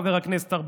חבר הכנסת ארבל,